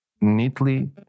neatly